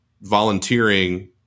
volunteering